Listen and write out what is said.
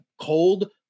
cold